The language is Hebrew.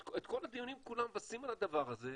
את כל הדיונים כולם מבססים את הדבר הזה.